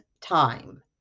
time